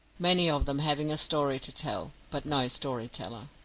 many of them having a story to tell, but no story-teller.